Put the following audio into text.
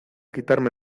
quitarme